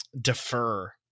defer